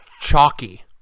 chalky